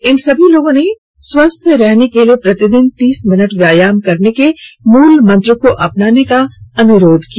इन सभी लोगों ने स्वस्थ रहने के लिए प्रतिदिन तीस मिनट व्यायाम करने के मूल मंत्र को अपनाने का अनुरोध किया